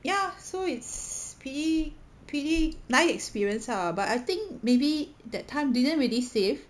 ya so it's pretty pretty nice experience ah but I think maybe that time didn't really save